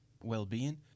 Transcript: well-being